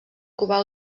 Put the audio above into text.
covar